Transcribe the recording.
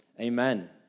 amen